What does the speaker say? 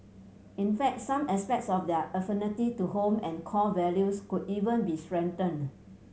in fact some aspects of their affinity to home and core values could even be strengthened